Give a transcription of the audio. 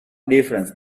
difference